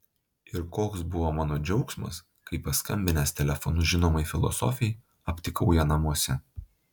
ir koks buvo mano džiaugsmas kai paskambinęs telefonu žinomai filosofei aptikau ją namuose